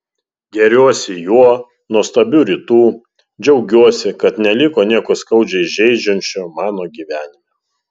gėriuosi juo nuostabiu rytu džiaugiuosi kad neliko nieko skaudžiai žeidžiančio mano gyvenime